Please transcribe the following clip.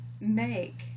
make